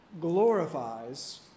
glorifies